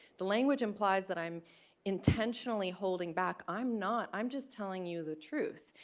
the language implies that i'm intentionally holding back. i'm not, i'm just telling you the truth.